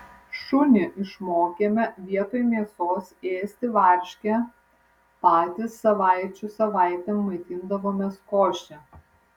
šunį išmokėme vietoj mėsos ėsti varškę patys savaičių savaitėm maitindavomės koše